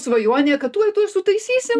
svajonė kad tuoj tuoj sutaisysim